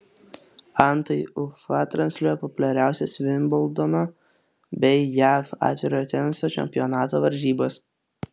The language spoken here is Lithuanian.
antai ufa transliuoja populiariausias vimbldono bei jav atvirojo teniso čempionato varžybas